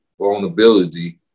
vulnerability